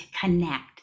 connect